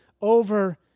over